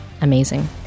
Amazing